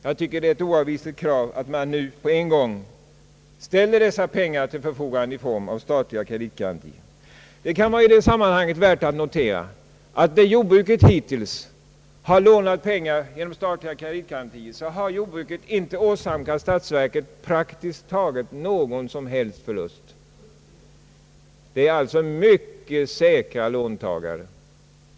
Jag tycker att det är ett oavvisligt krav att man på en gång ställer dessa pengar till förfogande i form av statliga kreditgarantier. I det sammanhanget kan det vara värt att notera att när jordbruket hittills har lånat pengar genom statliga kreditgarantier har jordbruket praktiskt taget inte åsamkat statsverket någon som helst förlust. Jordbrukarna är alltså mycket säkra låntagare.